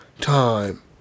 time